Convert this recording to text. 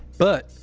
but,